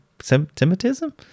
semitism